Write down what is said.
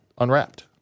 Unwrapped